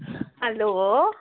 hello